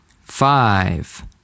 Five